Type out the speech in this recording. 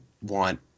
want